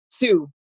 two